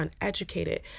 uneducated